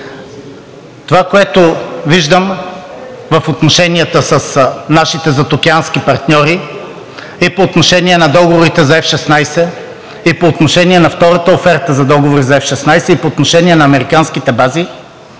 Това, което виждам в отношенията с нашите задокеански партньори, е по отношение на договорите за F-16 и по отношение на втората оферта за договори за F-16, и по отношение на американските бази,